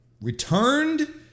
returned